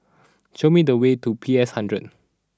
show me the way to P S hundred